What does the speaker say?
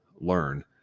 learn